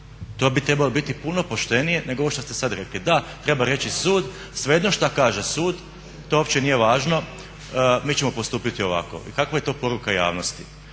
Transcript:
To bi trebalo biti puno poštenije nego ovo što ste sad rekli. Da treba reći sud, svejedno šta kaže sud to uopće nije važno mi ćemo postupiti ovako. I kakva je to poruka javnosti?